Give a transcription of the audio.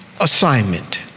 assignment